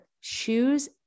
shoes